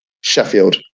Sheffield